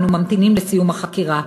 ואנו ממתינים לסיום החקירה.